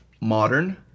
Modern